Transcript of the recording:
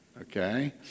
Okay